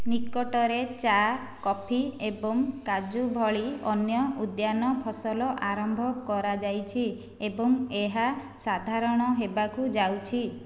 ନିକଟରେ ଚା କଫି ଏବଂ କାଜୁ ଭଳି ଅନ୍ୟ ଉଦ୍ୟାନ ଫସଲ ଆରମ୍ଭ କରାଯାଇଛି ଏବଂ ଏହା ସାଧାରଣ ହେବାକୁ ଯାଉଛି